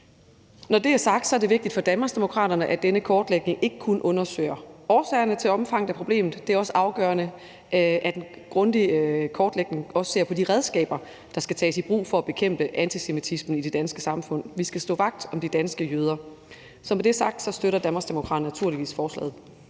Når det er sagt, er det vigtigt for Danmarksdemokraterne, at denne kortlægning ikke kun undersøger årsagerne til omfanget af problemet. Det er også afgørende, at en grundig kortlægning ser på de redskaber, der skal tages i brug for at bekæmpe antisemitismen i det danske samfund. Vi skal stå vagt om de danske jøder. Med det sagt støtter Danmarksdemokraterne naturligvis forslaget.